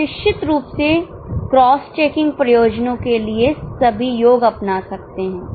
आप निश्चित रूप से क्रॉस चेकिंग प्रयोजनों के लिए सभी योग अपना सकते हैं